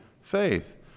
faith